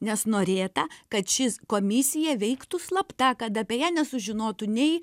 nes norėta kad ši komisija veiktų slapta kad apie ją nesužinotų nei